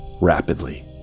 Rapidly